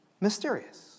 mysterious